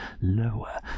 lower